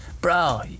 Bro